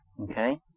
Okay